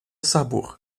sabor